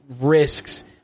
risks